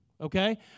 okay